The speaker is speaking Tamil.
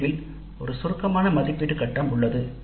முடிவில் ஒரு சுருக்கமான மதிப்பீட்டு கட்டம் உள்ளது